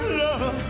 love